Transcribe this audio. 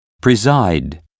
Preside